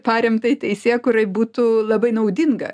paremtai teisėkūrai būtų labai naudinga